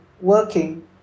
working